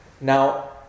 Now